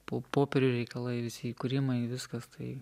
po popierių reikalai visi įkūrimai viskas tai